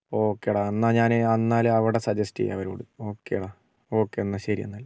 okay ഡാ എന്നാൽ ഞാൻ എന്നാൽ അവിടെ സജസ്റ്റ് ചെയ്യാൻ അവരോട് ഒക്കെ ഡാ ഓക്കെ എന്നാൽ ശരി എന്നാൽ